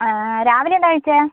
ആ രാവിലെ എന്താണ് കഴിച്ചത്